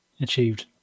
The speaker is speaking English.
achieved